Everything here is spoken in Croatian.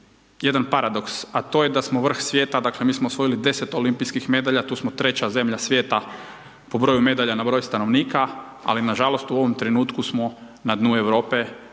jedan paradoks, a to je da smo vrh svijeta, dakle, mi smo osvojili 10 olimpijskih medalja, tu smo 3 zemlja svijeta, po broju medalja po broju stanovnika, ali nažalost, u ovom trenutku smo na dnu Europe po